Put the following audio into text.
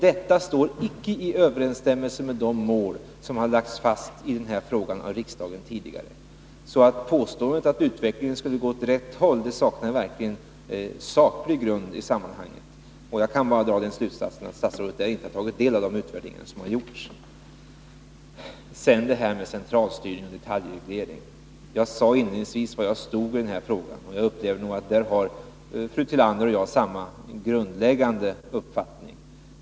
Detta står icke i överensstämmelse med de mål som tidigare har fastställts av riksdagen. Påståendet att utvecklingen skulle gå åt rätt håll saknar verkligen grund. Jag kan alltså bara dra den slutsatsen att statsrådet inte har tagit del av de utvärderingar som har gjorts. När det gäller centralstyrning och detaljreglering sade jag inledningsvis var jag stod i den här frågan, och jag upplever nog att där har fru Tillander och jag samma grundläggande uppfattning.